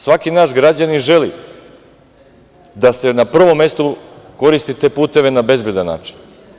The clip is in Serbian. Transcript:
Svaki naš građanin želi da se na prvom mestu koriste ti putevi na bezbedan način.